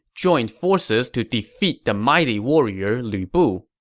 joined forces to defeat the mighty warrior lu bu.